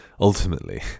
ultimately